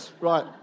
right